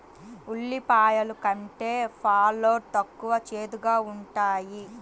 ఉల్లిపాయలు కంటే షాలోట్ తక్కువ చేదుగా ఉంటాయి